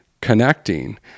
connecting